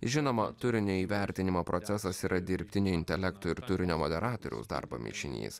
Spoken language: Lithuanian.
žinoma turinio įvertinimo procesas yra dirbtinio intelekto ir turinio moderatorių darbo mišinys